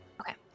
Okay